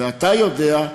ואתה יודע,